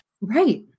Right